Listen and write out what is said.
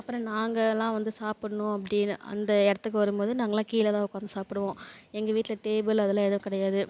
அப்புறம் நாங்களாம் வந்து சாப்பிட்ணும் அப்படின்னு அந்த இடத்துக்கு வரும்போது நாங்கலாம் கீழேதான் உட்காந்து சாப்பிடுவோம் எங்கள் வீட்டில டேபுள் அதெல்லாம் எதுவும் கிடையாது